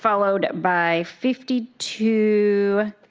followed by fifty two